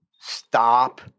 stop